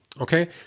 Okay